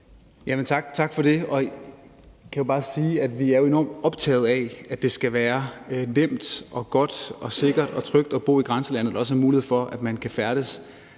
sige, at vi er enormt optaget af, at det skal være nemt og godt og sikkert og trygt at bo i grænselandet, og at der også er mulighed for, at man kan færdes